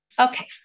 Okay